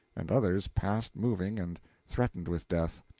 and others past moving and threatened with death.